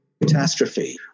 catastrophe